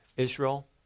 Israel